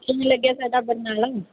ਕਿਵੇਂ ਲੱਗਿਆ ਸਾਡਾ ਬਰਨਾਲਾ